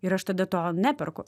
ir aš tada to neperku